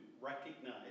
recognize